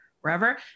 wherever